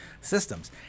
systems